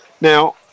Now